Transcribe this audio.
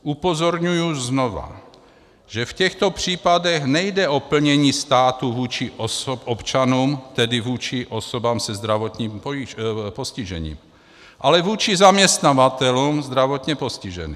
Upozorňuji znovu, že v těchto případech nejde o plnění státu vůči občanům, tedy vůči osobám se zdravotním postižením, ale vůči zaměstnavatelům zdravotně postižených.